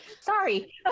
sorry